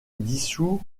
dissous